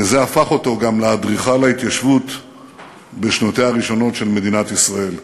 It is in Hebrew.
וזה הפך אותו גם לאדריכל ההתיישבות בשנותיה הראשונות של מדינת ישראל.